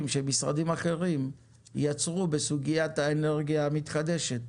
שמשרדים אחרים יצרו בסוגיית האנרגיה המתחדשת,